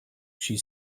she